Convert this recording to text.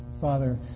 Father